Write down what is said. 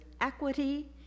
equity